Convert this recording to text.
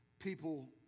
People